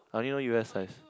I only know u_s size